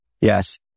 Yes